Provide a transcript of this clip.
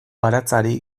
baratzari